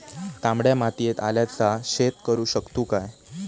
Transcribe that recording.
तामड्या मातयेत आल्याचा शेत करु शकतू काय?